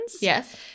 Yes